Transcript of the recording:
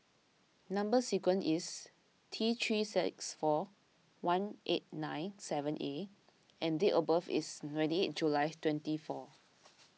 Number Sequence is T three six four one eight nine seven A and date of birth is ready July twenty four